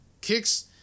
Kicks